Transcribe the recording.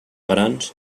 grans